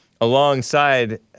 alongside